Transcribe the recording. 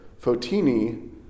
Fotini